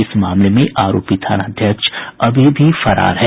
इस मामले में आरोपी थानाध्यक्ष अभी भी फरार है